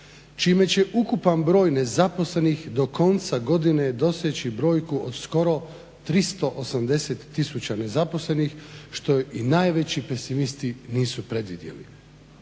čime će ukupan broj nezaposlenih do konca godine doseći brojku od skoro 380 tisuća nezaposlenih što i najveći pesimisti nisu predvidjeli.